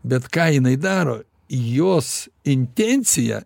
bet ką jinai daro jos intencija